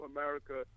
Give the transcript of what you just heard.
America